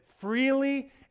freely